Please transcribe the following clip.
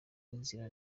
inzira